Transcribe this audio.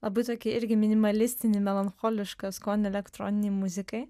labai tokį irgi minimalistinį melancholišką skonį elektroninei muzikai